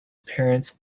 parents